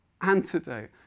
antidote